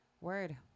Word